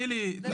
כל